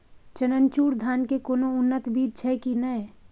चननचूर धान के कोनो उन्नत बीज छै कि नय?